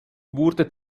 wurde